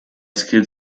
skid